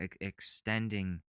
extending